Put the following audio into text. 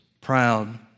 proud